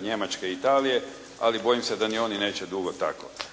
Njemačke i Italije, ali bojim se da ni oni neće dugo tako.